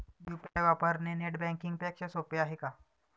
UPI वापरणे net banking पेक्षा सोपे आहे का?